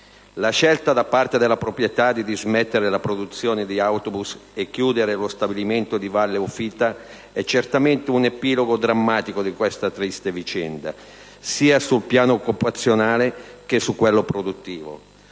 La scelta da parte della proprietà di dismettere la produzione di autobus e chiudere lo stabilimento di Valle Ufita è certamente un epilogo drammatico di questa triste vicenda, sia sul piano occupazionale che su quello produttivo.